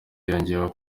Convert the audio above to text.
yongeyeho